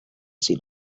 see